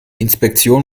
inspektion